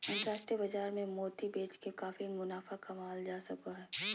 अन्तराष्ट्रिय बाजार मे मोती बेच के काफी मुनाफा कमावल जा सको हय